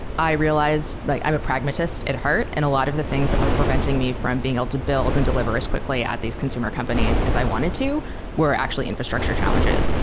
i realized like i'm a pragmatist at heart and a lot of the things that were preventing me from being able to build and deliver as quickly at these consumer companies as i wanted to were actually infrastructure challenges.